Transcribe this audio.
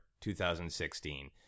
2016